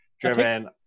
driven